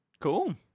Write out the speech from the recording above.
Cool